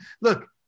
look